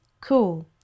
cool